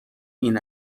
این